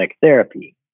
therapy